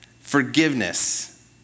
forgiveness